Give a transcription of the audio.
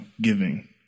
giving